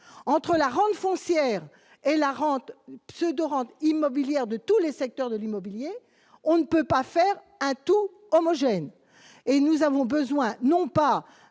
Entre la rente foncière et la pseudo-rente immobilière de tous les secteurs de l'immobilier, on ne peut pas faire un tout homogène. Nous n'avons pas